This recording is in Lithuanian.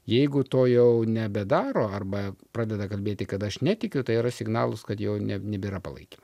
jeigu to jau nebedaro arba pradeda kalbėti kad aš netikiu tai yra signalas kad jau ne nebėra palaikymo